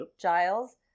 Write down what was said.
Giles